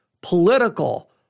political